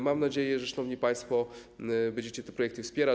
Mam nadzieję, że szanowni państwo będziecie te projekty wspierać.